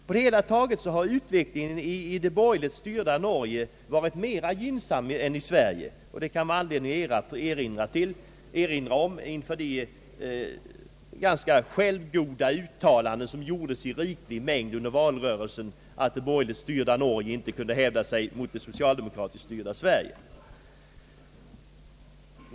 På det hela taget har utvecklingen varit mera gynnsam i det borgerligt styrda Norge än hos oss, och man kan ha anledning att erinra om detta inför de ganska självgoda uttalanden som gjordes i riklig mängd under valrörelsen om att det borgerligt styrda Norge inte kunde hävda sig mot det socialidemokratiskt styrda Sverige.